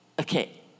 okay